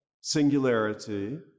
singularity